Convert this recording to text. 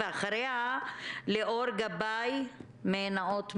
ואחריה ליאור גבאי מנאות מרגלית.